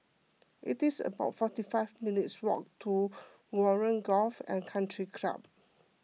it's about forty five minutes' walk to Warren Golf and Country Club